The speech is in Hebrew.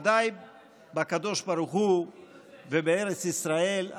ודאי בקדוש ברוך ובארץ ישראל,